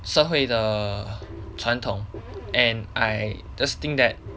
社会的传统 and I just think that